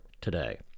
today